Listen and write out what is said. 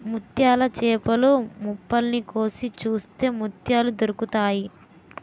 ముత్యాల చేపలు మొప్పల్ని కోసి చూస్తే ముత్యాలు దొరుకుతాయి